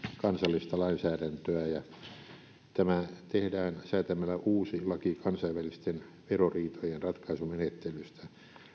kansallista lainsäädäntöä tämä tehdään säätämällä uusi laki kansainvälisten veroriitojen ratkaisumenettelystä